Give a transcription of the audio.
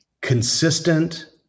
consistent